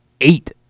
eight